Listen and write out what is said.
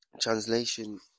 Translation